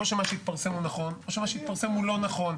או שמה שהתפרסם הוא נכון או שמה שהתפרסם הוא לא נכון.